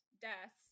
deaths